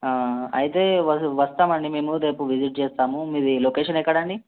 అయితే వస్తు వస్తామండి మేము రేపు విసిట్ చేస్తాము మీది లొకేషన్ ఎక్కడండి